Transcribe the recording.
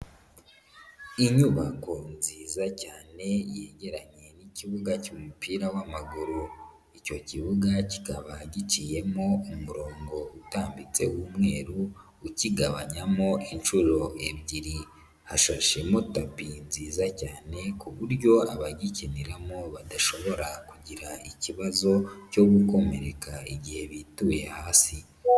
Inyubako nziza cyane yegeranye n'ikibuga cy'umupira w'amaguru, icyo kibuga kitabangikiyemo umurongo utambitse w'umweru, ukigabanyamo inshuro ebyiri, hashashemo tapi nziza cyane ku buryo abagikiniramo badashobora kugira ikibazo cyo gukomereka igihe bituye hasi.